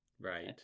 right